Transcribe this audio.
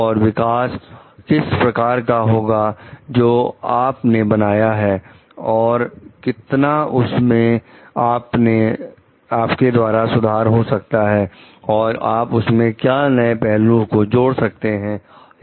और विकास किस प्रकार का होगा जो आप ने बनाया है और कितना उसमें आपके द्वारा सुधार हो सकता है और आप उसमें क्या नए पहलुओं को जोड़ सकते हैं या दे सकते हैं